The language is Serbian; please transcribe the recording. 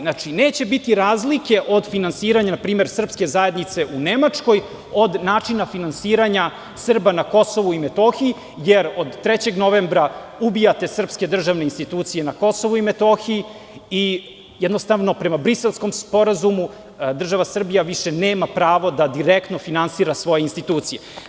Znači, neće biti razlike od finansiranja srpske zajednice u Nemačkoj od načina finansiranja Srba na Kosovu i Metohiji, jer od 3. novembra ubijate srpske državne institucije na Kosovu i Metohiji i jednostavno, prema Briselskom sporazumu država Srbija više nema pravo da direktno finansira svoje institucije.